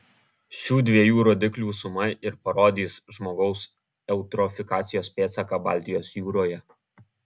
šių dviejų rodiklių suma ir parodys žmogaus eutrofikacijos pėdsaką baltijos jūroje